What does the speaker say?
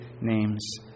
name's